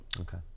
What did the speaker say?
Okay